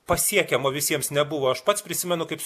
pasiekiamo visiems nebuvo aš pats prisimenu kaip